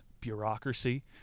bureaucracy